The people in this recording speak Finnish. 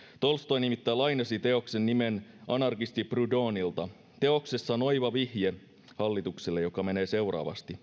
tolstoi nimittäin lainasi teoksen nimen anarkisti proudhonilta teoksessa on oiva vihje hallitukselle joka menee seuraavasti